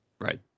Right